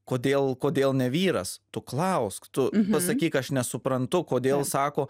kodėl kodėl ne vyras tu klausk tu pasakyk aš nesuprantu kodėl sako